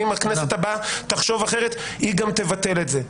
ואם הכנסת הבאה תחשוב אחרת, היא גם תבטל את זה.